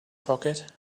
pocket